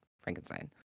Frankenstein